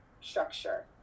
structure